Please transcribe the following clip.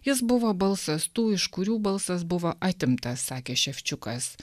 jis buvo balsas tų iš kurių balsas buvo atimtas sakė ševčiukas